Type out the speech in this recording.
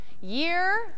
year